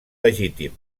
legítim